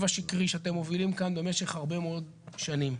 השקרי שאתם מובילים כאן במשך הרבה מאוד שנים.